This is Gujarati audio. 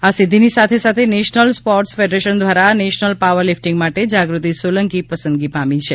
આ સિદ્ધિની સાથે સાથે નેશનલ સ્પોર્ટ્સ ફેડરેશન દ્વારા નેશનલ પાવર લીફિટંગ માટે જાગૃતિ સોલંકી પસંદગી પામી છે